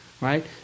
right